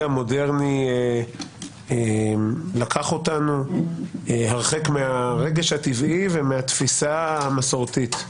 המודרני לקח אותנו הרחק מהרגש הטבעי ומהתפיסה המסורתית.